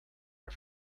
are